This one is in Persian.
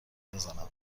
بزنم